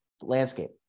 landscape